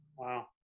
Wow